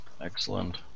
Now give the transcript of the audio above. Excellent